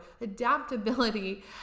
Adaptability